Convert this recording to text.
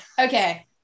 Okay